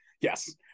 Yes